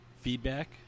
feedback